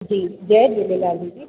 जी जय झूलेलाल दीदी